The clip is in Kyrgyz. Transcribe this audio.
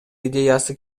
идеясы